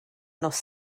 nos